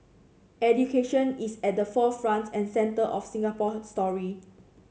education is at the forefront and centre of Singapore story